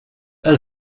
elle